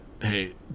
hey